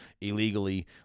illegally